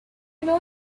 know